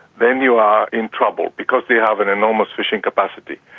then you are in trouble, because they have an enormous fishing capacity.